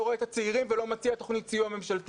לא רואה את הצעירים ולא מציע תוכנית סיוע ממשלתית?